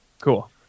cool